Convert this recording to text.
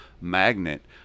magnet